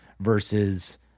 versus